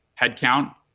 headcount